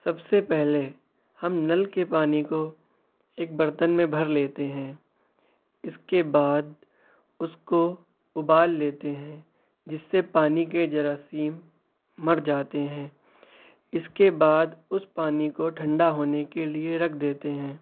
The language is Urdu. سب سے پہلے ہم نل کے پانی کو ایک برتن میں بھر لیتے ہیں اس کے بعد اس کو ابال لیتے ہیں جس سے پانی کے جراثیم مر جاتے ہیں اس کے بعد اس پانی کو ٹھنڈا ہونے کے لیے رکھ دیتے ہیں